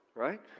Right